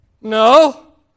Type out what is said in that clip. No